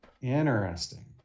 Interesting